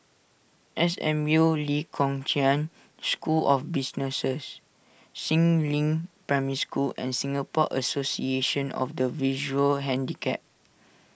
S M U Lee Kong Chian School of Businesses Si Ling Primary School and Singapore Association of the Visual Handicapped